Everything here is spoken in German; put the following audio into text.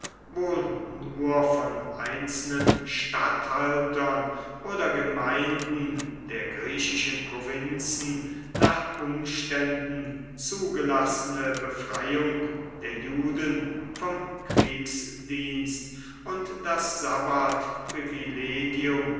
wohl nur von einzelnen statthaltern oder gemeinden der griechischen provinzen nach umständen zugelassene befreiung der juden vom kriegsdienst und das sabbathprivilegium